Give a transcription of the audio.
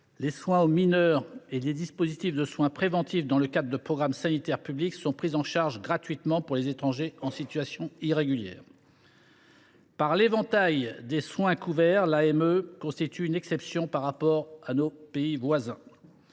les soins aux mineurs et les dispositifs de soins préventifs dans le cadre de programmes sanitaires publics sont pris en charge gratuitement pour les étrangers en situation irrégulière. Par l’éventail des soins couverts, l’AME constitue une exception par rapport à nos voisins,